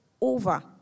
over